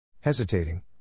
Hesitating